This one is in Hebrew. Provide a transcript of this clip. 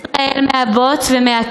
הוא הוציא את ישראל מהבוץ ומהכאוס,